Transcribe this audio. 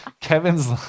Kevin's